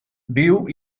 viu